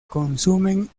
consumen